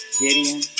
Gideon